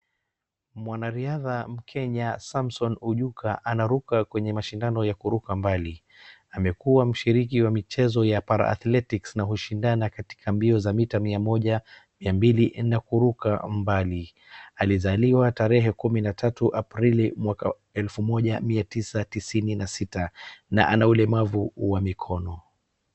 Mwanariadha mkenya Samson Ojuka anaruka kwenye mashindano ya kuruka mbali. Amekuwa mshiriki wa michezo ya para-athletics na mshindana katika mbio za mita mia moja, mia mbili na kuruka mbali. Alizaliwa tarehe kumi na tatu Aprili mwaka elfu moja mia tisa tisini na sita na ana ulemavu wa mikono.